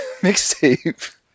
mixtape